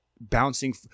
bouncing